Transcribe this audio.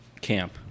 Camp